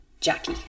Jackie